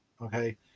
Okay